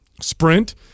sprint